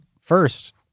first